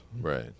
right